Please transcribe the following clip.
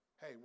Hey